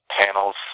panels